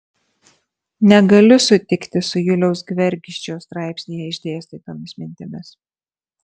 negaliu sutikti su juliaus gvergždžio straipsnyje išdėstytomis mintimis